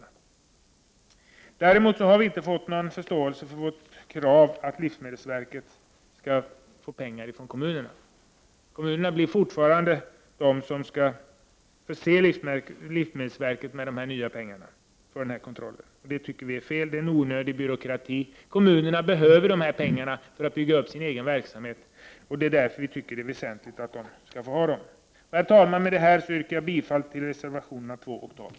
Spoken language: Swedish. Vi har däremot inte fått någon förståelse för vår inställning till att livsmedelsverket får pengar från kommunerna. Det blir fortfarande kommunerna som skall förse livsmedelsverket med pengar för den här kontrollen. Vi tycker att det är fel och att det innebär en onödig byråkrati. Kommunerna behöver dessa pengar för att bygga upp sin egen verksamhet. Det är därför väsentligt att de skall få behålla dem. Herr talman! Med detta yrkar jag bifall till reservationerna 2 och 12.